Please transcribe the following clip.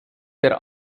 der